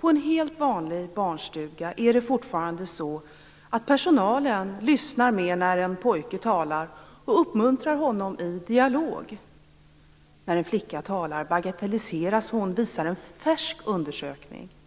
på en helt vanlig barnstuga i dagens Sverige är det fortfarande så att personalen lyssnar mer när en pojke talar, och uppmuntrar honom i dialog. När en flicka talar bagatelliseras hon. Detta visar en färsk undersökning.